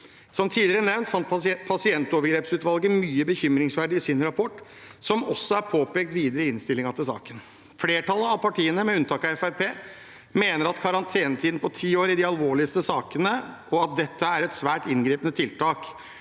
Som tidligere nevnt fant pasientovergrepsutvalget mye bekymringsverdig i sin rapport, noe som også er påpekt videre i innstillingen til saken. Flertallet av partiene, med unntak av Fremskrittspartiet, mener at karantenetiden på ti år i de alvorligste sakene er et svært inngripende tiltak,